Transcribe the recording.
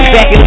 Back